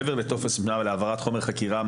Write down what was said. מעבר לטופס להעברת חומר חקירה,